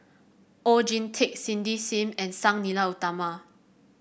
Oon Jin Teik Cindy Sim and Sang Nila Utama